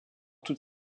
toute